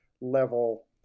level